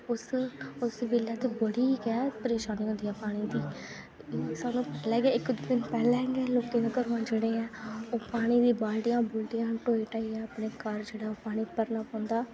उस उस बैल्लै ते बड़ी गै परेशानी होंदी ऐ पानी दी सानूं पैह्लै गै लोकें दे घरूं जेह्ड़े ऐ ओह् पानी दी बाल्टियां बुल्टियां ढोई ढाइयै अपने घर जेह्ड़ा ओह् पानी भरना पौंदा